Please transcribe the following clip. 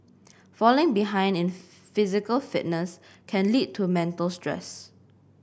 falling behind in physical fitness can lead to mental stress